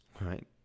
right